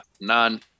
None